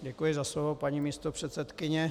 Děkuji za slovo, paní místopředsedkyně.